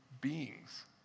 beings